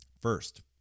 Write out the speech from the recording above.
First